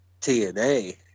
TNA